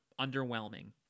underwhelming